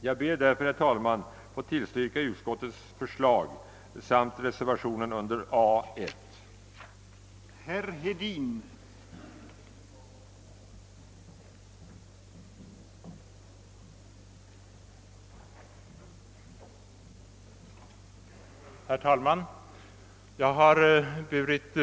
| Jag ber att få tillstyrka utskottets hemställan utom beträffande moment A, där jag yrkar bifall till reservationen I.